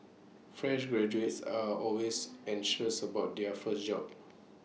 fresh graduates are always anxious about their first job